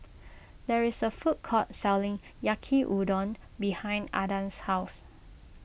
there is a food court selling Yaki Udon behind Adan's house